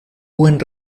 buen